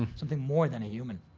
something more than a human.